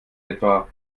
etwa